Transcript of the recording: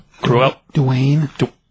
Dwayne